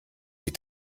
die